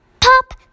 pop